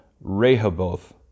Rehoboth